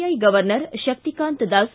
I governor Shaktikanta Das